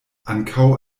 ankaŭ